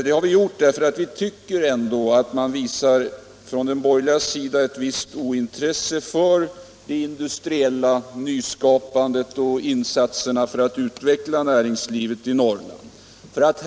Det har vi gjort därför att vi ändå tycker att de borgerliga visar ett visst ointresse när det gäller industriellt nyskapande och insatserna för att utveckla näringslivet i Norrland.